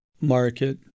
market